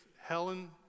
Helen